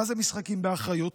מה זה "משחקים באחריות"?